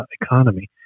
economy